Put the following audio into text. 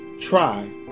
try